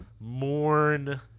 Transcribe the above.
mourn